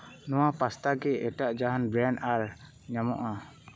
ᱱᱚᱣᱟ ᱯᱟᱥᱴᱟ ᱠᱤ ᱮᱴᱟᱜ ᱡᱟᱦᱟᱸ ᱵᱨᱮᱱᱰ ᱟᱨ ᱧᱟᱢᱚᱜᱼᱟ